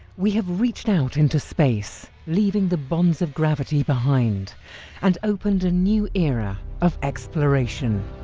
we have reached out into space, leaving the bonds of gravity behind and opened a new era of exploration.